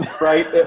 right